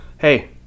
Hey